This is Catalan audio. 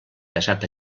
casat